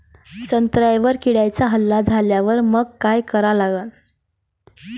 संत्र्यावर किड्यांचा हल्ला झाल्यावर मंग काय करा लागन?